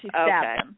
okay